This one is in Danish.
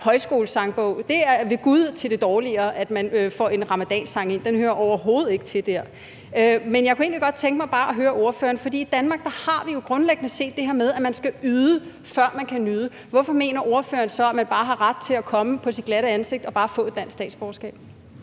Højskolesangbog er det ved gud til det dårligere, at man får en ramadansang ind. Den hører overhovedet ikke til der. Men jeg kunne egentlig godt tænke mig bare at høre ordføreren om noget, for i Danmark har vi jo grundlæggende set det her med, at man skal yde, før man kan nyde. Hvorfor mener ordføreren så, at man bare har ret til at komme på sit glatte ansigt og få et dansk statsborgerskab?